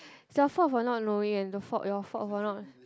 their fault for not know and the fault your fault for not